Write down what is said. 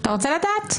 אתה רוצה לדעת?